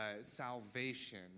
salvation